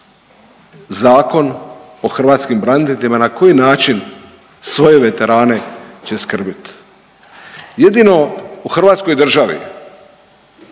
Zakon o hrvatskim braniteljima na koji način svoje veterane će skrbiti. Jedino u Hrvatskoj državi